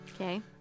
Okay